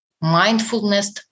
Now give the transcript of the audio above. Mindfulness